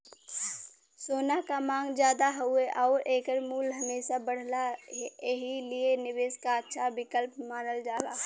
सोना क मांग जादा हउवे आउर एकर मूल्य हमेशा बढ़ला एही लिए निवेश क अच्छा विकल्प मानल जाला